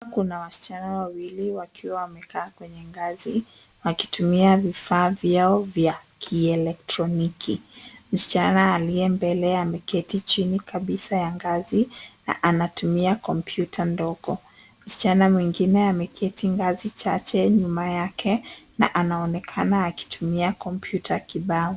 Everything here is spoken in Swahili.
Kuna wasichana wawili wakiwa wamekaa kwenye ngazi wakitumia vifaa vyao vya kielektroniki. Msichana aliye mbele ameketi chini kabisa ya ngazi na anatumia kompyuta ndogo. Msichana mwingine ameketi ngazi chache nyuma yake na anaonekana akitumia kompyuta kibao